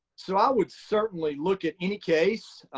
so i would certainly look at any case.